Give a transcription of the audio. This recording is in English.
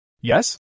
Yes